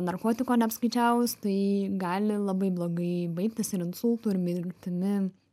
narkotiko neapskaičiavus tai gali labai blogai baigtis ir insultu ir mirtimi